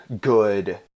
good